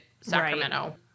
Sacramento